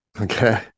Okay